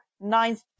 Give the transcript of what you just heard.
ninth